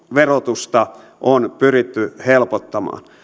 verotusta on pyritty helpottamaan